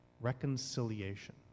Reconciliation